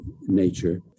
nature